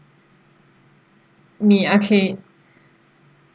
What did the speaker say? me okay